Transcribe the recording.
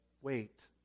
wait